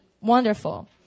wonderful